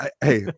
Hey